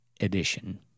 edition